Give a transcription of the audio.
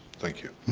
thank you.